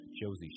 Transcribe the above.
Josie